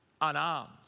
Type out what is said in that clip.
unarmed